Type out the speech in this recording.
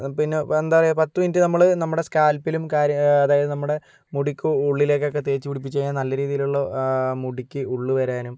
പിന്നെ എന്താന്നറിയുമോ പത്ത് മിനിറ്റ് നമ്മൾ നമ്മുടെ സ്കാൽപ്പിലും കാര്യ അതായത് നമ്മുടെ മുടിക്കുള്ളിലേക്ക് ഒക്കെ തേച്ചുപിടിപ്പിച്ച് കഴിഞ്ഞാൽ നല്ല രീതിയിൽ ഉള്ള മുടിക്ക് ഉള്ള് വരാനും